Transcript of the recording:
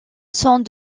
sont